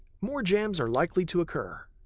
more jams are likely to occur.